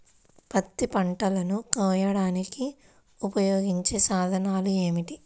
పత్తి పంటలను కోయడానికి ఉపయోగించే సాధనాలు ఏమిటీ?